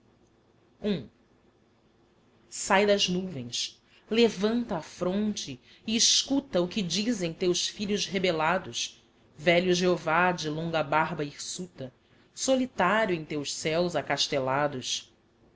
sae das nuvens levanta a fronte e escuta o que dizem teus filhos rebellados velho jehovah de longa barba hirsuta solitario em teus céos acastellados